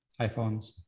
Iphones